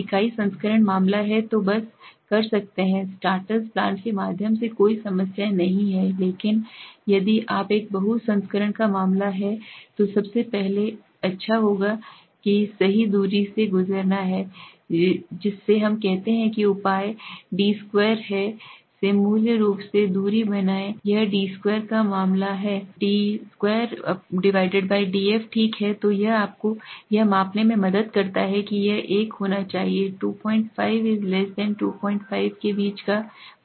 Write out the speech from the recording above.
इकाई संस्करण मामला है तो बस कर सकते हैं स्टार्टर प्लॉट के माध्यम से कोई समस्या नहीं है लेकिन यदि आप एक बहु संस्करण का मामला है तो सबसे अच्छा है सबसे अच्छा तरीका सही दूरी से गुजरना है जिससे हम कहते हैं कि उपाय d2 है से मूल रूप से दूरी इसलिए यह d2को मापता है d2 df ठीक है तो यह आपको यह मापने में मदद करता है कि यह एक होना चाहिए 25 25 के बीच का